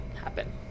happen